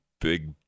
big